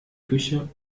küche